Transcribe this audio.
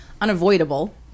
unavoidable